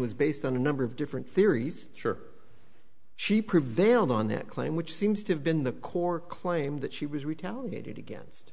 was based on a number of different theories sure she prevailed on that claim which seems to have been the core claim that she was retaliated against